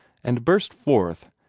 and burst forth,